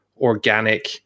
organic